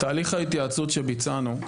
תהליך ההתייעצות שביצענו,